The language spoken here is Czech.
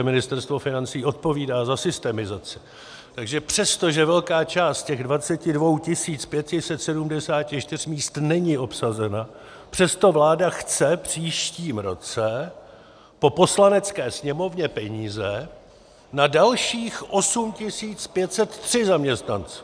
Ministerstvo financí odpovídá za systemizaci takže přestože velká část z těch 22 574 míst není obsazena, přesto vláda chce v příštím roce po Poslanecké sněmovně peníze na dalších 8 503 zaměstnanců!